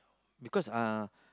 because uh